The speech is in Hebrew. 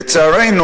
לצערנו: